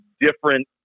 different